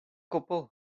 gwbl